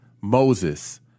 Moses